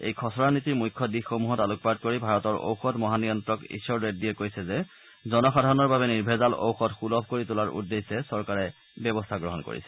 এই খচৰা নীতিৰ মুখ্য দিশসমূহত আলোকপাত কৰি ভাৰতৰ ঔষধ মহানিয়ন্ত্ৰক ইশ্বৰ ৰেজ্ডীয়ে কৈছে যে জনসাধাৰণৰ বাবে নিৰ্ভেজাল ঔষধ সূলভ কৰি তোলাৰ উদ্দেশ্যে চৰকাৰে ব্যৱস্থা গ্ৰহণ কৰিছে